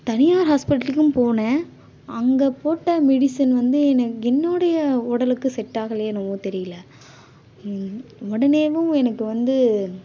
தனியார் ஹாஸ்பிட்டலுக்கும் போனேன் அங்கே போட்ட மெடிசன் வந்து எனக் என்னோடைய உடலுக்கு செட்டாகலையோ என்னவோ தெரியல உடனேவும் எனக்கு வந்து